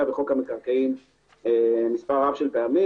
בחוק המקרקעין מופיע מספר רב של פעמים,